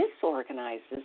disorganizes